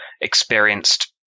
experienced